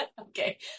Okay